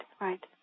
right